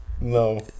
no